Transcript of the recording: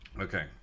Okay